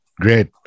Great